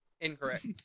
incorrect